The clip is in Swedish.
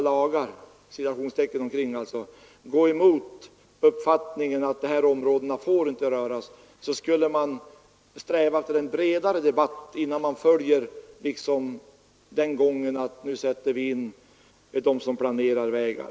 När man i framtiden vill ”bryta lagar”, borde man sträva efter en bredare debatt innan man följer den här beskrivna planeringsgången, exempelvis när det gäller vägar.